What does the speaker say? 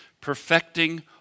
perfecting